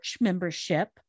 membership